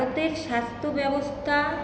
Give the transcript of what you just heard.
স্বাস্থ্যব্যবস্থা